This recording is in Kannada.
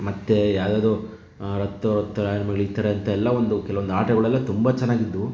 ಮತ್ತು ಯಾವ್ದ್ಯಾವುದೋ ರತ್ತೋ ರತ್ತೋ ರಾಯನ ಮಗಳೆ ಈ ಥರದ್ದು ಎಲ್ಲ ಒಂದು ಕೆಲವೊಂದು ಆಟಗಳೆಲ್ಲ ತುಂಬ ಚೆನ್ನಾಗಿದ್ದವು